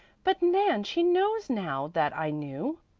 but nan, she knows now that i knew.